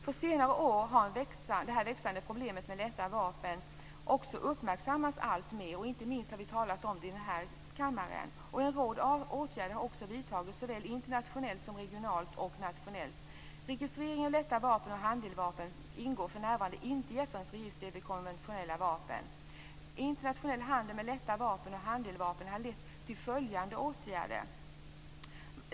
På senare år har det växande problemet med lätta vapen också uppmärksammats alltmer. Inte minst har vi talat om det här i kammaren. En rad åtgärder har också vidtagits såväl internationellt som regionalt och nationellt. Lätta vapen och handeldvapen ingår för närvarande inte i FN:s register över konventionella vapen. Internationellt har handeln med lätta vapen och handeldvapen lett till följande åtgärder.